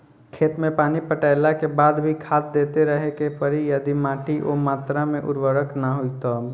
खेत मे पानी पटैला के बाद भी खाद देते रहे के पड़ी यदि माटी ओ मात्रा मे उर्वरक ना होई तब?